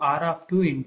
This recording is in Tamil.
0082| 0